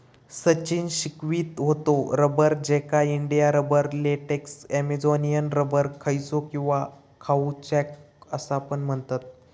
सचिन शिकवीत होतो रबर, ज्याका India rubber, latex, Amazonian rubber, कौचो किंवा काउचॉक असा पण म्हणतत